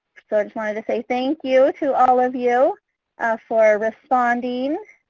so just wanted to say thank you to all of you for responding